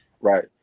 Right